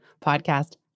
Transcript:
podcast